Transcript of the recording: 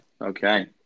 Okay